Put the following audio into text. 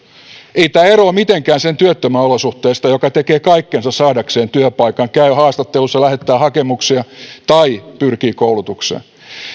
ei tämä eroa mitenkään sen työttömän olosuhteista joka tekee kaikkensa saadakseen työpaikan käy haastattelussa lähettää hakemuksia tai pyrkii koulutukseen